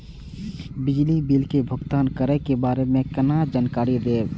बिजली बिल के भुगतान करै के बारे में केना जानकारी देब?